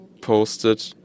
posted